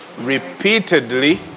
repeatedly